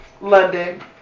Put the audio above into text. London